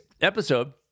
episode